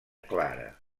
clara